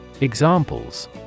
Examples